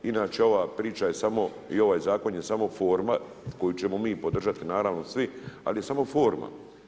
Inače ova priča je samo i ovaj zakon je samo forma koju ćemo mi podržati naravno svi ali je samo forma.